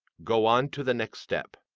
go on to the next step.